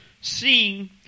seeing